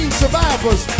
survivors